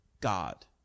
God